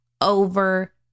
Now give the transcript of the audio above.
over